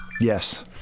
Yes